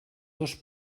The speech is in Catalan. dos